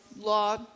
law